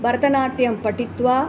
भरतनाट्यं पठित्वा